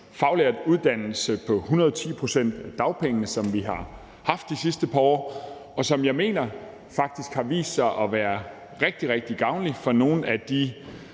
faglært uddannelse på 110 pct. dagpenge, som vi har haft de sidste par år, og som jeg mener faktisk har vist sig at være rigtig, rigtig gavnlig for borgere,